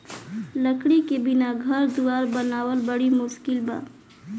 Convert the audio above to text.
लकड़ी के बिना घर दुवार बनावल बड़ी मुस्किल बा